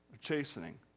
chastening